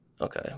Okay